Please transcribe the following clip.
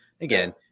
Again